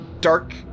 dark